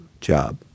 job